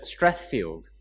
Strathfield